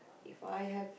If I have